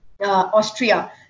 austria